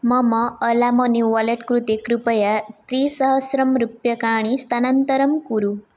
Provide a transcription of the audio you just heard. मम अलामोनि वालेट् कृते कृपया त्रिसहस्रं रूप्यकाणि स्थानान्तरं कुरु